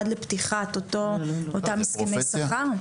אולי עד לפתיחת אותם הסכמי שכר?